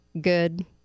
Good